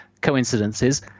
coincidences